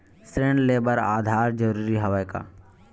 ऋण ले बर आधार जरूरी हवय का?